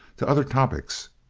to other topics,